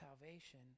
salvation